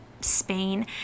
Spain